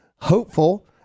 Hopeful